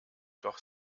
doch